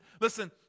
Listen